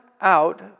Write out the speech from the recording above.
out